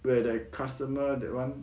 where the customer that [one]